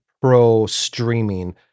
pro-streaming